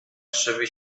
krzywi